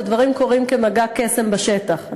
הדברים קורים כמגע קסם בשטח.